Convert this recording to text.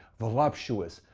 voluptuous,